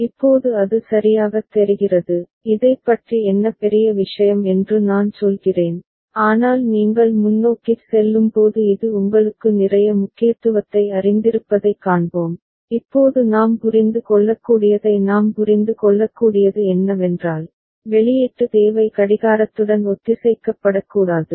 இப்போது அது சரியாகத் தெரிகிறது இதைப் பற்றி என்ன பெரிய விஷயம் என்று நான் சொல்கிறேன் ஆனால் நீங்கள் முன்னோக்கிச் செல்லும்போது இது உங்களுக்கு நிறைய முக்கியத்துவத்தை அறிந்திருப்பதைக் காண்போம் இப்போது நாம் புரிந்து கொள்ளக்கூடியதை நாம் புரிந்து கொள்ளக்கூடியது என்னவென்றால் வெளியீட்டு தேவை கடிகாரத்துடன் ஒத்திசைக்கப்படக்கூடாது